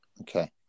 Okay